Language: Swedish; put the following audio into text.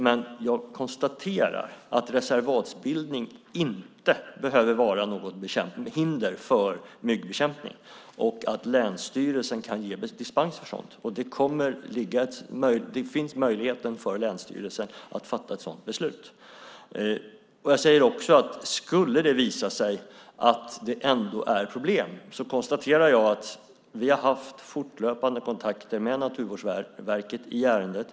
Men jag konstaterar att reservatsbildning inte behöver vara något hinder för myggbekämpning och att länsstyrelsen kan ge dispens för sådant. Det finns en möjlighet för länsstyrelsen att fatta ett sådant beslut. Jag konstaterar att vi har haft fortlöpande kontakter med Naturvårdsverket i ärendet.